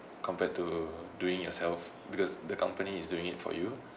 compared to doing yourself because the company is doing it for you